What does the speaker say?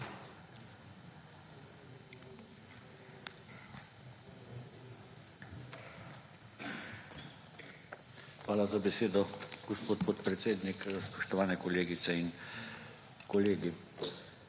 Hvala za besedo, podpredsednik. Spoštovane kolegice in kolegi,